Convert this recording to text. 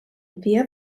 via